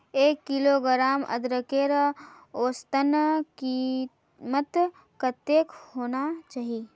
एक किलोग्राम अदरकेर औसतन कीमत कतेक होना चही?